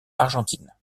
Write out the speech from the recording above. argentine